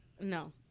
No